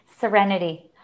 Serenity